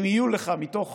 אם יהיו לך מתוך